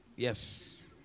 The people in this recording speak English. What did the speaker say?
Yes